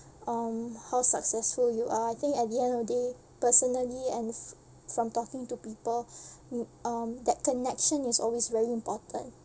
um how successful you are I think at the end of the day personally and f~ from talking to people mm um that connection is always very important